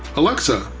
alexa,